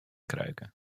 kruiken